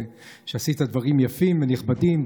שעשית דברים יפים ונכבדים,